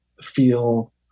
feel